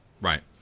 Right